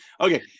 Okay